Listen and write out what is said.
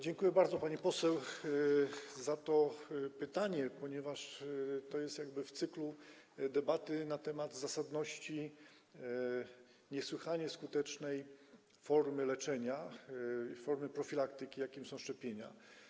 Dziękuję bardzo pani poseł za to pytanie, ponieważ to jest jakby element cyklu debat na temat zasadności niesłychanie skutecznej formy leczenia, formy profilaktyki, jaką są szczepienia.